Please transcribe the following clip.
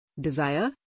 desire